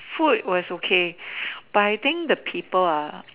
food was okay but I think the people are